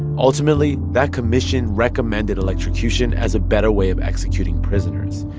ultimately, that commission recommended electrocution as a better way of executing prisoners.